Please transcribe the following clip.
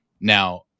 Now